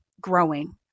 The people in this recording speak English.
growing